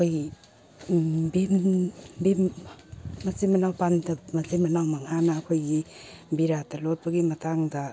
ꯑꯩꯈꯣꯏꯒꯤ ꯚꯤꯝ ꯃꯆꯤꯟ ꯃꯅꯥꯎ ꯄꯥꯟꯗꯞ ꯃꯆꯤꯟ ꯃꯅꯥꯎ ꯃꯉꯥꯅ ꯑꯩꯈꯣꯏꯒꯤ ꯕꯤꯔꯥꯠꯇ ꯂꯣꯠꯄꯒꯤ ꯃꯇꯥꯡꯗ